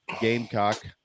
Gamecock